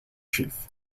chief